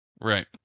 Right